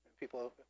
People